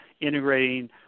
integrating